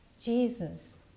Jesus